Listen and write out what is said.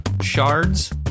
Shards